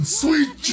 sweet